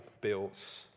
built